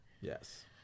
Yes